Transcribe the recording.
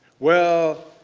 well,